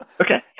Okay